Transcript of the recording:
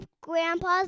Grandpa's